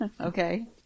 Okay